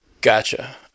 Gotcha